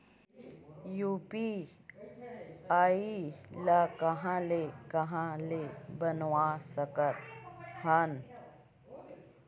UPI ल कहां ले कहां ले बनवा सकत हन?